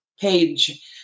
page